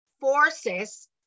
forces